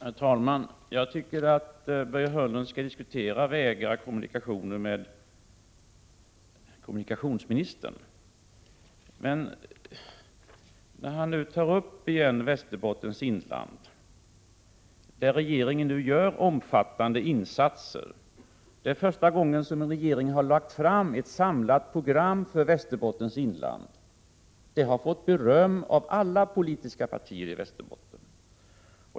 Herr talman! Jag tycker att Börje Hörnlund skall diskutera vägar och kommunikationer med kommunikationsministern. Börje Hörnlund tar nu åter upp frågan om Västerbottens inland, där regeringen gör omfattande insatser. Det är första gången en regering har lagt fram ett samlat program för Västerbottens inland. Det har fått beröm av alla politiska partier i Västerbotten.